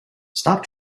stop